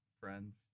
friends